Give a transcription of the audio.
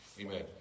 Amen